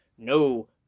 No